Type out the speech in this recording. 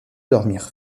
dormir